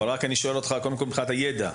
אבל אני שואל אותך מבחינת הידע.